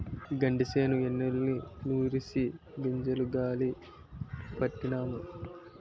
గంటిసేను ఎన్నుల్ని నూరిసి గింజలు గాలీ పట్టినాము